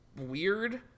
weird